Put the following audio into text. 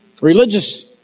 religious